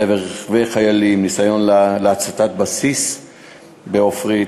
לעבר רכבי חיילים, וניסיון להצתת בסיס בעופרית.